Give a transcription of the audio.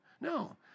No